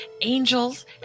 angels